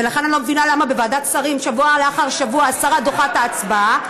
ולכן אני לא מבינה למה בוועדת שרים שבוע לאחר שבוע השרה דוחה את ההצבעה,